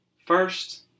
First